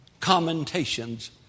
commentations